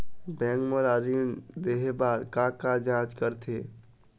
Bank मोला ऋण देहे बार का का जांच करथे?